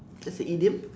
that's a idiom